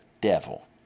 devil